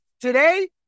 today